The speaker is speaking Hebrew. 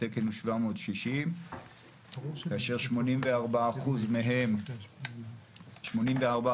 התקן או 760 כאשר 84% מהם מנוצל,